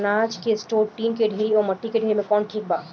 अनाज के store tin के डेहरी व माटी के डेहरी मे कवन ठीक बा?